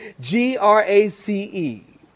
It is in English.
G-R-A-C-E